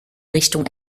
richtung